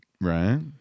Right